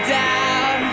down